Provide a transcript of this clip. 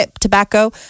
tobacco